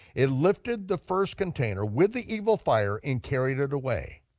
it lifted the first container with the evil fire and carried it away.